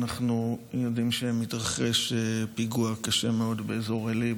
אנחנו יודעים שמתרחש פיגוע קשה מאוד באזור עלי,